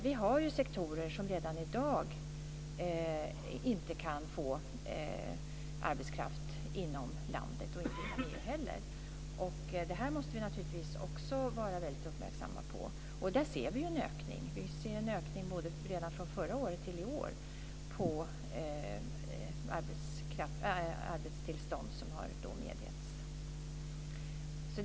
Vi har sektorer som redan i dag inte kan få arbetskraft inom landet och inte inom EU heller. Det måste vi naturligtvis också vara uppmärksamma på. Vi ser en ökning redan från förra året till i år på antalet arbetstillstånd som har medgivits.